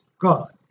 God